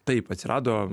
taip atsirado